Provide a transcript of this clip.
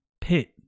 pit